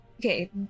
Okay